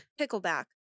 Pickleback